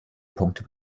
punkte